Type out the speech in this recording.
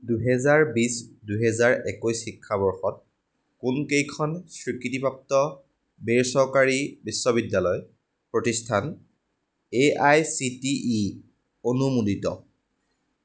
দুহেজাৰ বিছ দুহেজাৰ একৈছ শিক্ষাবৰ্ষত কোনকেইখন স্বীকৃতিপ্ৰাপ্ত বেচৰকাৰী বিশ্ববিদ্যালয় প্ৰতিষ্ঠান A I C T E অনুমোদিত